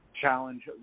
Challenge